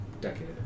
decade